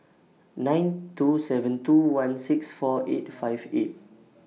nine two seven two one six four eight five eight